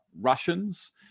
Russians